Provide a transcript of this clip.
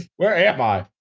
where am i?